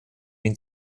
ihn